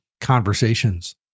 conversations